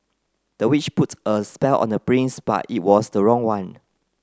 the witch put a spell on the prince but it was the wrong one